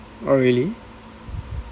oh really